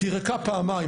היא ריקה פעמיים,